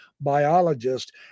biologist